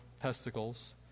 testicles